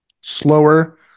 Slower